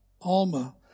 Alma